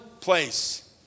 place